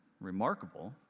remarkable